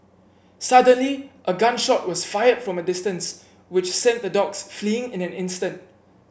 suddenly a gun shot was fired from a distance which sent the dogs fleeing in an instant